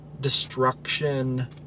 destruction